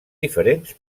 diferents